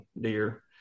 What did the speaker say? deer